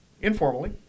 informally